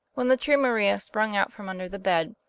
when the true maria sprung out from under the bed,